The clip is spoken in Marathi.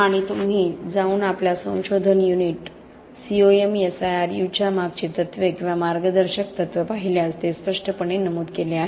आणि तुम्ही जाऊन आपल्या संशोधन युनिट COMSIRU च्या मागची तत्त्वे किंवा मार्गदर्शक तत्त्वे पाहिल्यास ते तेथे स्पष्टपणे नमूद केले आहे